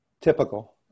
typical